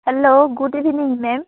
hello good evening ma'am